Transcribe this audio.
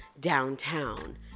downtown